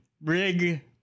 Brig